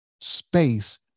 space